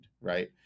right